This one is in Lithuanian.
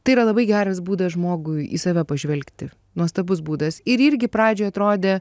tai yra labai geras būdas žmogui į save pažvelgti nuostabus būdas ir irgi pradžioj atrodė